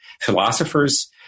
philosophers